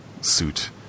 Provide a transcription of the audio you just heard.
suit